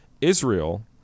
Israel